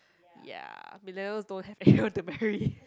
ya Millennials don't have anyone to marry